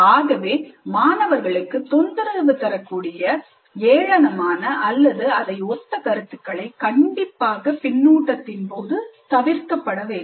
ஆகவே மாணவர்களுக்கு தொந்தரவு தரக்கூடிய ஏளனமான அல்லது அதை ஒத்த கருத்துக்களை கண்டிப்பாக பின்னூட்டத்தின் போது தவிர்க்கப்பட வேண்டும்